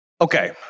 Okay